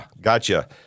gotcha